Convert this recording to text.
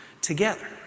together